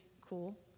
cool